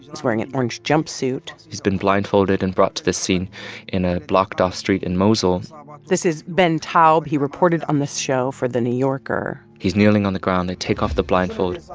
is wearing an orange jumpsuit he's been blindfolded and brought to the scene in a blocked-off street in mosul um ah this is ben taub. he reported on this show for the new yorker he's kneeling on the ground. they take off the blindfold.